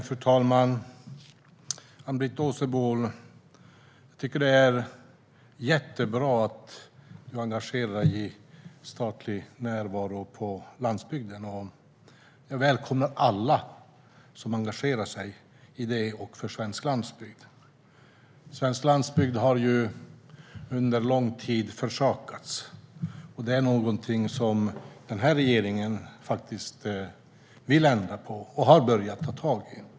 Fru talman! Jag tycker att det är jättebra att Ann-Britt Åsebol engagerar sig i den statliga närvaron på landsbygden. Jag välkomnar alla som engagerar sig i den och för svensk landsbygd. Svensk landsbygd har under lång tid försummats, och det är något som den här regeringen faktiskt vill ändra på och har börjat att ta tag i.